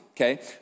okay